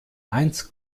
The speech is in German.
eins